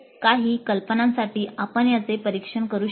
काही कल्पनांसाठी आपण याचे परीक्षण करू शकता